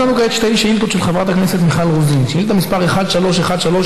יש לנו כעת שתי שאילתות של חברת הכנסת מיכל רוזין: שאילתה מס' 1313,